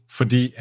fordi